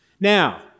Now